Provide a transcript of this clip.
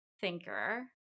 thinker